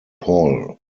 paul